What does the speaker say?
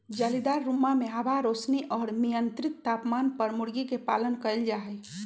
जालीदार रुम्मा में हवा, रौशनी और मियन्त्रित तापमान पर मूर्गी के पालन कइल जाहई